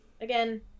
again